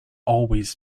always